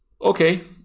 Okay